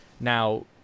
Now